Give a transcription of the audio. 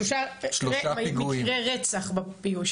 שלושה מקרי רצח.